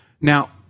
Now